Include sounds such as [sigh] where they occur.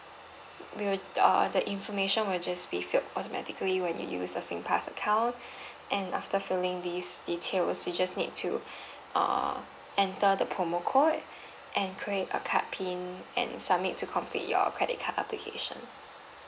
we will err the information will just be filled automatically when you use the singpass account [breath] and after filling these details you just need to err enter the promo code and create a card pin and submit to complete your credit card application